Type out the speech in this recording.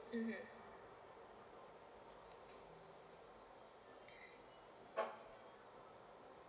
mmhmm